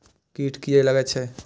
कीट किये लगैत छै?